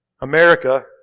America